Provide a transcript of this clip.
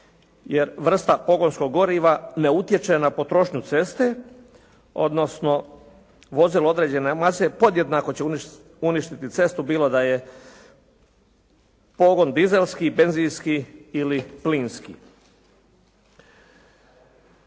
jer vrsta pogonskog goriva ne utječe na potrošnju ceste, odnosno vozilo određene mase podjednako će uništiti cestu bilo da je pogon dizelski, benzinski ili plinski.